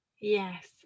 Yes